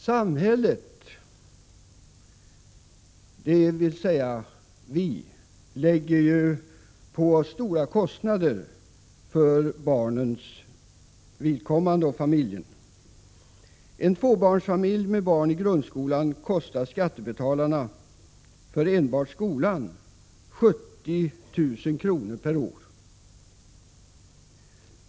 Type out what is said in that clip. Samhället, dvs. vi alla, lägger ut stora summor till åtgärder för barnens och familjens behov. En tvåbarnsfamilj med barn i grundskolan kostar skattebetalarna 70 000 kr. per år för enbart skolan.